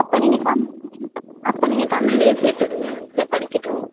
அப்போ நீங்கள் தமிழ் அப்போ நீங்கள் தமிழ்லே சேத்துவிடுங்க படிக்கட்டும்